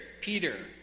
Peter